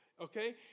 Okay